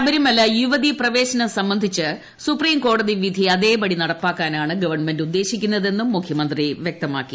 ശബരിമല യുവതിപ്രവേശനം സംബന്ധിച്ച് സുപ്പീട് കോടതി വിധി അതേപടി നടപ്പാക്കാനാണ് ഗവൺമെന്റ് ഉദ്ദേശിക്കുന്നതെന്നും മുഖ്യമന്ത്രി വൃക്തമാക്കി